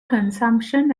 consumption